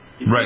Right